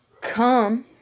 come